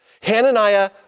Hananiah